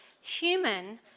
human